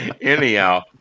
anyhow